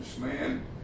man